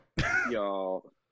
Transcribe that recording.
y'all